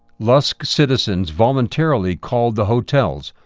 lusk citizens voluntarily called the hotels,